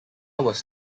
was